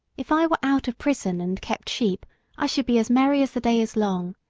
if i were out of prison and kept sheep i should be as merry as the day is long.